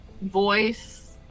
voice